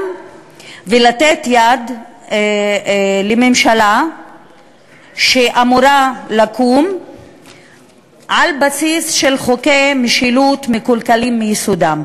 ולתת יד לממשלה שאמורה לקום על בסיס של חוקי משילות מקולקלים מיסודם.